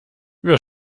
über